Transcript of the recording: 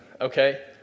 okay